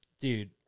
dude